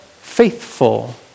faithful